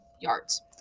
yards